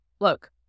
look